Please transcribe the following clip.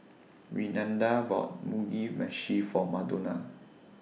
Renada bought Mugi Meshi For Madonna